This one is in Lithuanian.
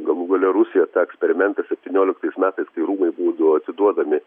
galų gale rusija tą eksperimentą septynioliktais metais kai rūmai būdavo atiduodami